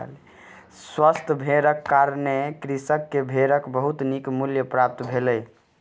स्वस्थ भेड़क कारणें कृषक के भेड़क बहुत नीक मूल्य प्राप्त भेलै